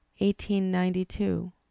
1892